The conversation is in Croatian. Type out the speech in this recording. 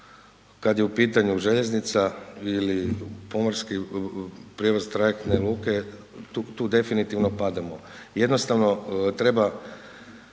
kad je u pitanju željeznica ili pomorski prijevoz, trajektne luke, tu definitivno padamo. Jednostavno treba